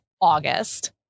August